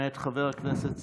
מאת חבר הכנסת סעדי.